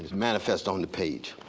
manifest on the page.